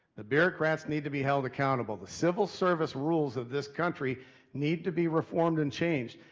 the bureaucrats need to be held accountable. the civil service rules of this country need to be reformed and changed.